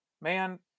Man